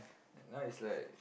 now is like